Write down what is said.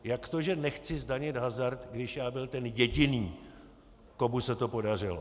Jak to, že nechci zdanit hazard, když já byl ten jediný, komu se to podařilo?